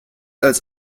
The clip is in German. als